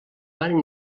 van